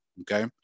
Okay